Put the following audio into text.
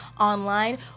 online